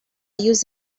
use